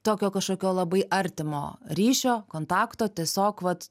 tokio kažkokio labai artimo ryšio kontakto tiesiog vat